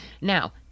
Now